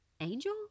angel